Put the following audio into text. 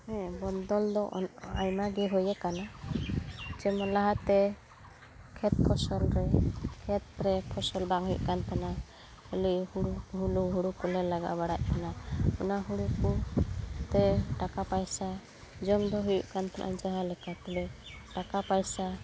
ᱦᱮᱸ ᱵᱚᱱᱚᱫᱚᱞ ᱫᱚ ᱟᱭᱢᱟ ᱜᱮ ᱦᱩᱭᱟᱠᱟᱱᱟ ᱡᱮᱢᱚᱱ ᱞᱟᱦᱟ ᱛᱮ ᱠᱷᱮᱛ ᱯᱷᱚᱥᱚᱞ ᱨᱮ ᱠᱷᱮᱛ ᱨᱮ ᱯᱷᱚᱥᱚᱞ ᱵᱟᱝ ᱦᱩᱭᱩᱜ ᱠᱟᱱ ᱛᱟᱦᱮᱱᱟ ᱠᱷᱟᱹᱞᱤ ᱦᱩᱲᱩ ᱦᱩᱲᱩ ᱠᱚᱞᱮ ᱞᱟᱜᱟᱣ ᱵᱟᱲᱟᱭᱮᱫ ᱛᱟᱦᱮᱱᱟ ᱚᱱᱟ ᱦᱩᱲᱩ ᱠᱚ ᱛᱮ ᱴᱟᱠᱟ ᱯᱚᱭᱥᱟ ᱡᱚᱢ ᱫᱚ ᱦᱩᱭᱩᱜ ᱠᱟᱱ ᱛᱟᱦᱮᱱᱟ ᱡᱟᱦᱟᱸ ᱞᱮᱠᱟ ᱛᱮᱞᱮ ᱴᱟᱠᱟ ᱯᱟᱭᱥᱟ